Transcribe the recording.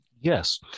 yes